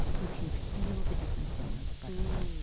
you can feel the difference in the butterfat.